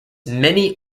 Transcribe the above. many